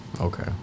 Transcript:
okay